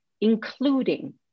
including